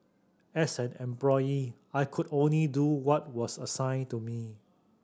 as an employee I could only do what was assigned to me